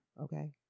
okay